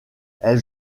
elle